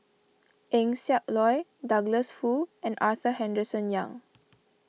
Eng Siak Loy Douglas Foo and Arthur Henderson Young